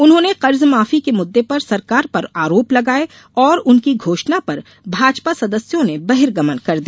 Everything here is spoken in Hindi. उन्होंने कर्जमाफी के मुर्दे पर सरकार पर आरोप लगाए और उनकी घोषणा पर भाजपा सदस्यों ने बहिगर्मन कर दिया